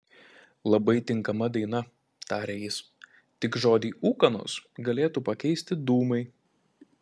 labai tinkama daina tarė jis tik žodį ūkanos galėtų pakeisti dūmai